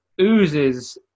oozes